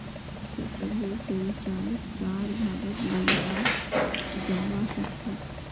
सतही सिंचाईक चार भागत बंटाल जाबा सखछेक